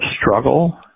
struggle